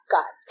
God